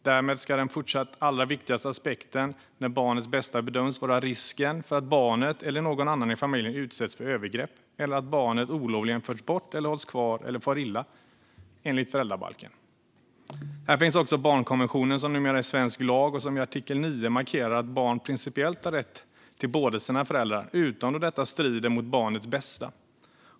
Därmed ska den fortsatt allra viktigaste aspekten när barnets bästa bedöms vara risken för att barnet eller någon annan i familjen utsätts för övergrepp eller att barnet olovligen förs bort eller hålls kvar eller far illa, enligt föräldrabalken. Här finns också barnkonventionen som numera är svensk lag och som i artikel 9 markerar att barn principiellt har rätt till båda sina föräldrar, utom då detta strider mot barnets bästa.